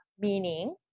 meaning